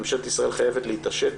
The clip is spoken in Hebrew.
ממשלת ישראל חייבת להתעשת